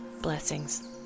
Blessings